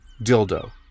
Dildo